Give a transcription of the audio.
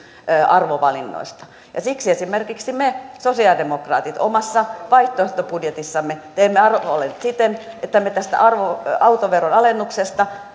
arvovalinnoista ja siksi esimerkiksi me sosialidemokraatit omassa vaihtoehtobudjetissamme teemme arvovalinnat siten että me tästä autoveron alennuksesta